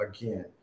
again